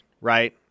right